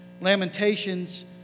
Lamentations